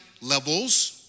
levels